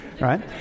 right